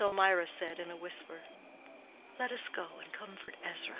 till mirah said in a whisper let us go and comfort ezra.